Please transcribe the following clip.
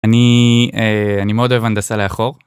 אני אני מאוד אוהב הנדסה לאחור.